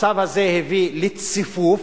המצב הזה הביא לציפוף,